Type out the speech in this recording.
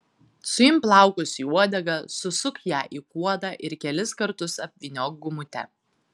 suimk plaukus į uodegą susuk ją į kuodą ir kelis kartus apvyniok gumute